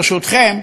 ברשותכם,